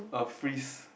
a freeze